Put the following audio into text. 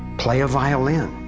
play a violin,